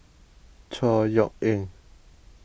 Chor Yeok Eng